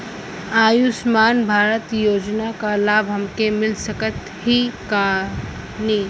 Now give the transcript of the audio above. आयुष्मान भारत योजना क लाभ हमके मिल सकत ह कि ना?